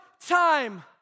time